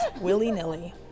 willy-nilly